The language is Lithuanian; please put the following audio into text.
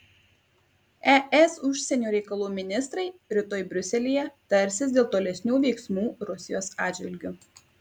es užsienio reikalų ministrai rytoj briuselyje tarsis dėl tolesnių veiksmų rusijos atžvilgiu